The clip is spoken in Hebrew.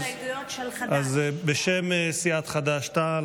אז בשם סיעת חד"ש-תע"ל,